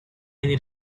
need